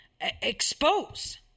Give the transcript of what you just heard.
expose